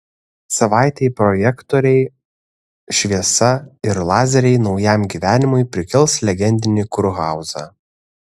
savaitei projektoriai šviesa ir lazeriai naujam gyvenimui prikels legendinį kurhauzą